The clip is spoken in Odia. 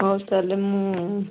ହଉ ତାହେଲେ ମୁଁ